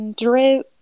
drew